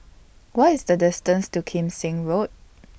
What IS The distance to Kim Seng Road